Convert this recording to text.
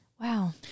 Wow